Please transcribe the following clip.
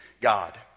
God